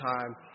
time